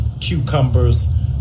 cucumbers